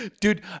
Dude